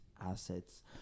assets